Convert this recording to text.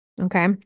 Okay